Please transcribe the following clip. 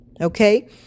Okay